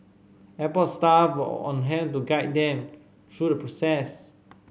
airport staff were on hand to guide them through the process